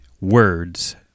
words